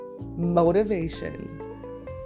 motivation